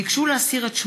עאידה תומא